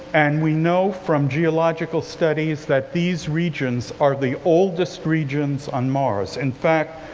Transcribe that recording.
and we know from geological studies that these regions are the oldest regions on mars. in fact,